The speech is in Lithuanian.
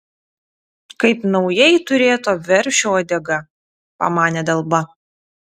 kaip naujai turėto veršio uodega pamanė dalba